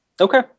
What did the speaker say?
Okay